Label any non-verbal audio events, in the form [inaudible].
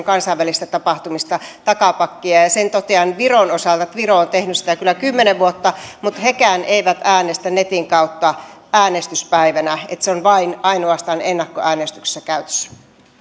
[unintelligible] kansainvälisistä tapahtumista takapakkia ja sen totean viron osalta että viro on tehnyt sitä kyllä kymmenen vuotta mutta hekään eivät äänestä netin kautta äänestyspäivänä että se on vain ja ainoastaan ennakkoäänestyksessä käytössä